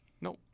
Nope